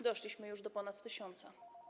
Doszliśmy już do ponad tysiąca.